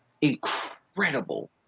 incredible